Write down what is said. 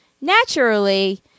naturally